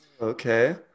Okay